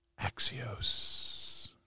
Axios